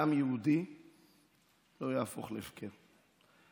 שדם יהודי לא יהפוך להפקר.